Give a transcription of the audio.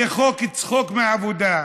זה חוק צחוק מהעבודה.